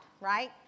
right